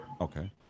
Okay